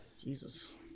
Jesus